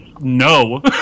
no